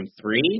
three